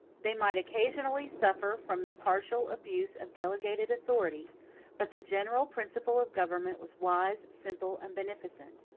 they might occasionally suffer from the partial abuse of delegated authority but the general principle of government was wise, simple, and beneficent.